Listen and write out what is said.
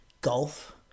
golf